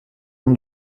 nom